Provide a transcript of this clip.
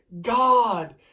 God